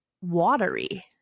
watery